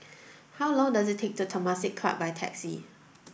how long does it take to Temasek Club by taxi